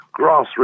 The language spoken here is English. grassroots